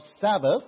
Sabbath